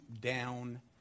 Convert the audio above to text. down